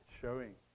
showing